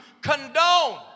condone